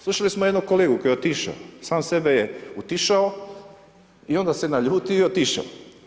Slušali smo jednog kolegu koji je otišao, sam sebe je utišao i onda se naljutio i otišao.